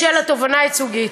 בשל התובענה הייצוגית.